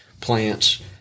plants